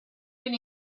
been